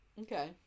Okay